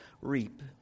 reap